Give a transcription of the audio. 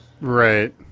Right